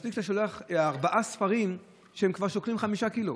מספיק שאתה שולח ארבעה ספרים והם שוקלים כבר חמישה קילו.